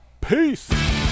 Peace